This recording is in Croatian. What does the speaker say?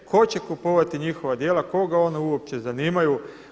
Tko će kupovati njihova djela, koga oni uopće zanimaju.